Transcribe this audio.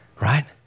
Right